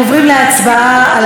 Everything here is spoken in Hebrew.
בקריאה ראשונה.